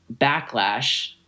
backlash